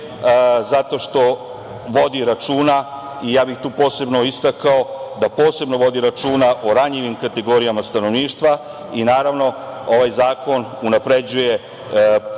zato što vodi računa, i ja bih tu posebno istakao da posebno vodi računa o ranjivim kategorijama stanovništva i, naravno, ovaj zakon unapređuje socijalnu